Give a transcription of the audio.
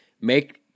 Make